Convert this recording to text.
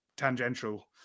tangential